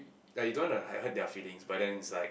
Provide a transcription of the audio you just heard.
like you don't want to like hurt their feelings but then is like